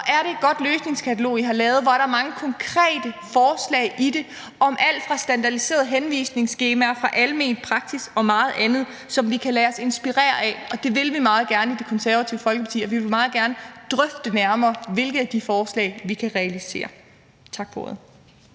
er det et godt løsningskatalog, I har lavet. Hvor er der mange konkrete forslag i det om alt fra standardiserede henvisningsskemaer fra almen praksis og meget andet, som vi kan lade os inspirere af, og det vil vi meget gerne i Det Konservative Folkeparti, og vi vil meget gerne drøfte nærmere, hvilke af de forslag vi kan realisere. Tak for ordet.